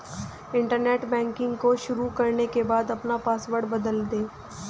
internet banking को शुरू करने के बाद अपना पॉसवर्ड बदल दे